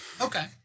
okay